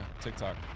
TikTok